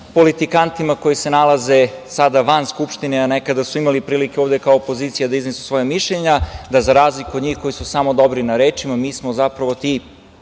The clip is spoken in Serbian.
smo politikantima koji se nalaze sada van Skupštine, a nekada su imali prilike ovde kao opozicija da iznesu svoja mišljenja, da za razliku od njih koji su samo dobri na rečima, mi smo zapravo ti